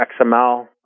XML